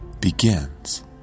begins